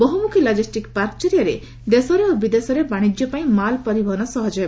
ବହୁମୁଖୀ logistic park ଜରିଆରେ ଦେଶରେ ଓ ବିଦେଶରେ ବାଣିଜ୍ୟ ପାଇଁ ମାଲ୍ ପରିବହନ ସହଜ ହେବ